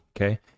okay